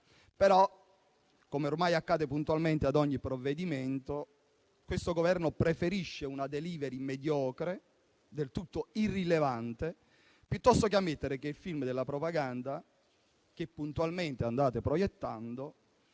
Però, come ormai accade puntualmente con ogni provvedimento, questo Governo preferisce una *delivery* mediocre, del tutto irrilevante, piuttosto che ammettere che il film della propaganda, che puntualmente andate proiettando,